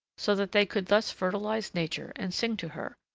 so that they could thus fertilize nature and sing to her,